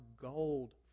gold